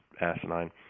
asinine